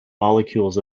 molecules